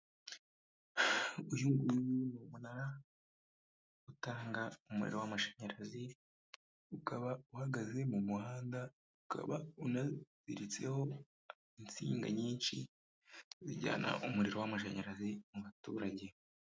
Uyu nguyu ni umunara utanga umuriro w'amashanyarazi, ukaba uhagaze mu muhanda, ukaba unaziritseho insinga nyinshi, zijyana umuriro w'amashanyarazi mu baturage.